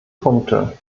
punkte